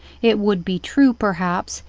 it would be true, perhaps,